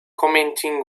commenting